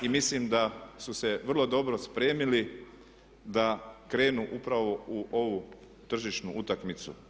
I mislim da su se vrlo dobro spremili da krenu upravo u ovu tržišnu utakmicu.